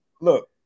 Look